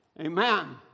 Amen